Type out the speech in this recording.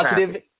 Positive